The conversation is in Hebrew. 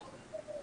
מקריאה ראשונה?